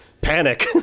panic